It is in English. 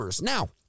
Now